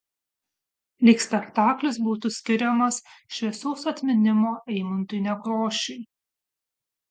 lyg spektaklis būtų skiriamas šviesaus atminimo eimuntui nekrošiui